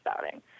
spouting